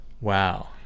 Wow